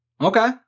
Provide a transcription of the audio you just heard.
Okay